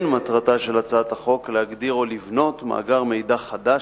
אין מטרתה של הצעת החוק להגדיר או לבנות מאגר מידע חדש